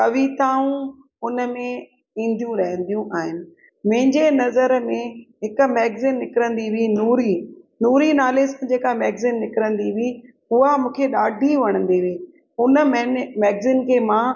कविताऊं उनमें ईंदियूं रहंदियूं आहिनि मुंहिंजे नज़र में हिकु मैगज़िन निकिरंदी हुई नूरी नूरी नाले सां जेका मैगज़िन निकिरंदी हुई हुआ मूंखे ॾाढी वणंदी हुई उन महीने मैगज़िन खे मां